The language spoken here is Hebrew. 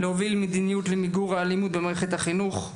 להוביל מדיניות למיגור האלימות במערכת החינוך.